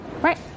Right